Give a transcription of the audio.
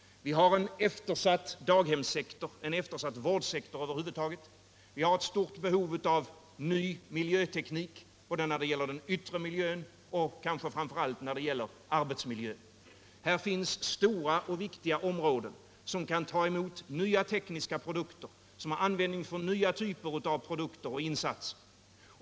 Vi har en eftersatt daghemssektor, en eftersatt vårdsektor över huvud taget. Vi har ett stort behov av ny miljöteknik både när det gäller den yttre miljön och kanske framför allt när det gäller arbetsmiljön. Här finns stora och viktiga områden som kan ta emot nya tekniska produkter, som har användning för nya typer av produkter och insatser.